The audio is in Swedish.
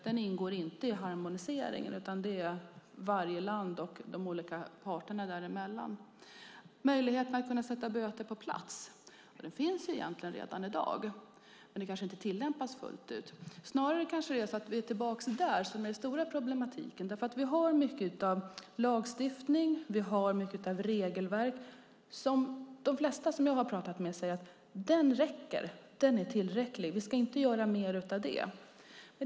Den ingår inte i harmoniseringen, utan det sker i varje land och mellan de olika parterna. Möjligheten att sätta böter på plats finns egentligen redan i dag, men den kanske inte tillämpas fullt ut. Snarare kanske det är att vi är tillbaka där som är den stora problematiken. Vi har mycket av lagstiftning, mycket av regelverk, och de flesta som jag har pratat med säger att det räcker och är tillräckligt, att vi inte ska göra mer där.